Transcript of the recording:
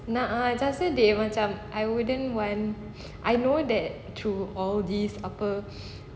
nah ah just say they macam I wouldn't want I know that through all these apa